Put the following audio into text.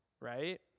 right